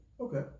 okay